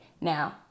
Now